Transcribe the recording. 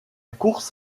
course